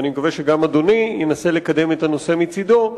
ואני מקווה שגם אדוני ינסה לקדם את הנושא מצדו,